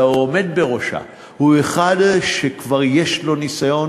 והעומד בראשה הוא אחד שכבר היה לו ניסיון